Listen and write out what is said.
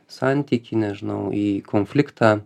santykį nežinau į konfliktą